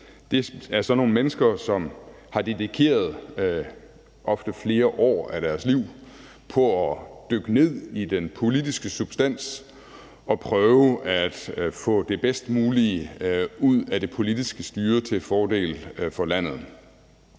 Det er så nogle mennesker, som har dedikeret ofte flere år af deres liv på at dykke ned i den politiske substans og prøve at få det bedst mulige ud af det politiske styre til fordel for landet.